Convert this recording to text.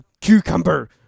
cucumber